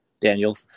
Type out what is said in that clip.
Daniel